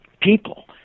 people